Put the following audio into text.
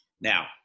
Now